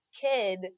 kid